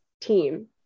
team